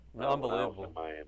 Unbelievable